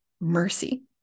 mercy